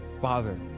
father